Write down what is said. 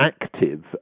active